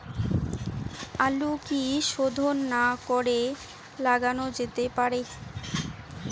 আলু কি শোধন না করে লাগানো যেতে পারে?